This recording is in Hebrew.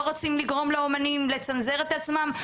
לא רוצים לגרום לאומנים לצנזר את עצמם,